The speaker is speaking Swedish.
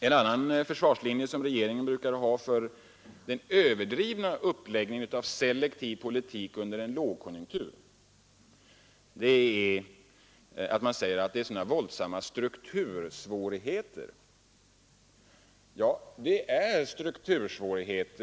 En annan försvarslinje som regeringen brukar ha för sin överdrivna uppläggning av den selektiva politiken under en lågkonjunktur är att det numera existerar så våldsamma ”struktursvårigheter” på arbetsmarknaden.